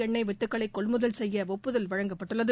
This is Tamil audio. எண்ணெய் வித்துக்களைகொள்முதல் செய்யஒப்புதல் அளிக்கப்பட்டுள்ளது